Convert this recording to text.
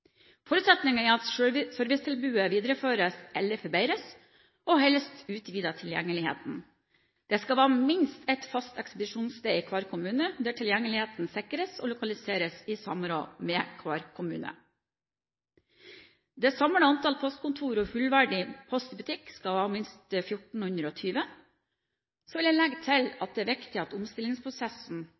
Forutsetningen er at servicetilbudet videreføres eller forbedres, og at tilgjengeligheten helst utvides. Det skal være minst ett fast ekspedisjonssted i hver kommune, der tilgjengeligheten sikres og lokaliseres i samråd med hver kommune. Det samlede antall postkontor og fullverdig Post i Butikk skal være minst 1 420. Jeg vil legge til at det er viktig at omstillingsprosessen